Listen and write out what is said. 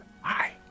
Hi